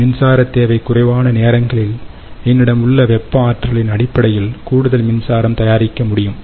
மின்சாரத் தேவை குறைவான நேரங்களில் என்னிடம் உள்ள வெப்ப ஆற்றலின் அடிப்படையில் கூடுதல் மின்சாரம் தயாரிக்க முடியும்